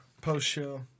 post-show